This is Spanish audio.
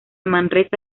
manresa